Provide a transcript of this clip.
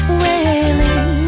wailing